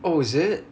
oh is it